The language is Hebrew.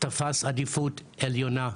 תפס עדיפות עליונה.